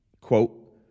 quote